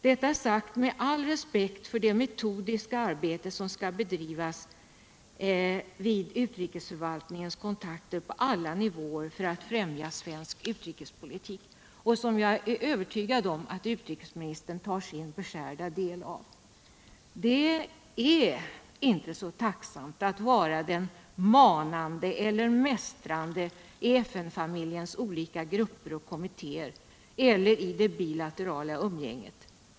Detta är sagt med all respekt för det metodiska arbete som skall bedrivas vid utrikesförvaltningens kontakter på alla nivåer för att främja svensk utrikespolitik och som jag är övertygad om att utrikesministern tar sin beskärda del av. Det är inte så tacksamt att vara den manande eller den mästrande i FN familjens olika grupper och kommittéer eller i det bilaterala umgänget.